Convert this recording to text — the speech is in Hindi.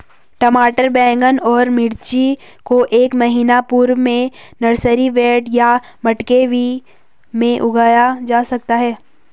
टमाटर बैगन और मिर्ची को एक महीना पूर्व में नर्सरी बेड या मटके भी में उगाया जा सकता है